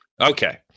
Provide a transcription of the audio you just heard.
Okay